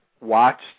watched